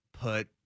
put